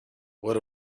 what